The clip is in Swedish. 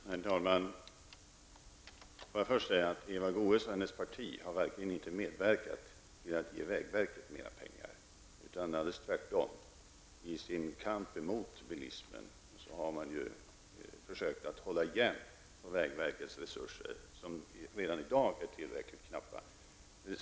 Herr talman! Eva Goe s och hennes parti har verkligen inte medverkat till att ge vägverket mera pengar. Det är precis tvärtom. I sin kamp mot bilismen har partiet försökt hålla igen på vägverkets resurser, vilka redan i dag är mycket knappa.